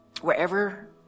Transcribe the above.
wherever